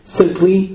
simply